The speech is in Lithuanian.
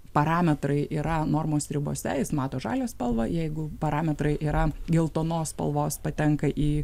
parametrai yra normos ribose jis mato žalią spalvą jeigu parametrai yra geltonos spalvos patenka į